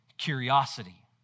curiosity